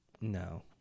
no